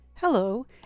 Hello